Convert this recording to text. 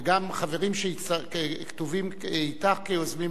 וגם חברים שכתובים אתך כיוזמים,